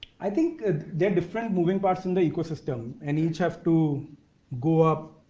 i think they're different moving parts in the ecosystem, and each have to go up